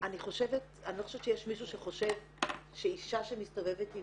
אני לא חושבת שיש מישהו שחושב שאישה שמסתובבת עם